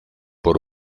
por